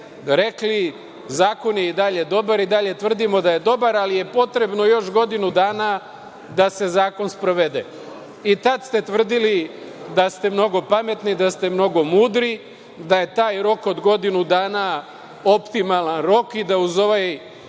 rekli – zakon je i dalje dobar i dalje tvrdimo da je dobar, ali je potrebno još godinu dana da se zakon sprovede.I tada ste tvrdili da ste mnogo pametni, da ste mnogo mudri, da je taj rok od godinu dana optimalan rok i da uz ovaj